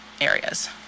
areas